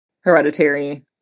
Hereditary